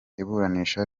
iburanisha